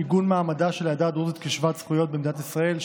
עיגון מעמדה של העדה הדרוזית כשוות זכויות במדינת ישראל),